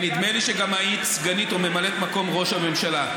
ונדמה לי שגם היית סגנית או ממלאת מקום ראש הממשלה,